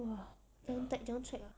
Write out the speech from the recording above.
!wah! 怎样 tech 怎样 check ah